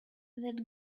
that